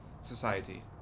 society